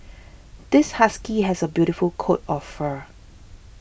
this husky has a beautiful coat of fur